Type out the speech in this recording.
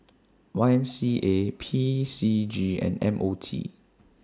Y M C A P C G and M O T